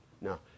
No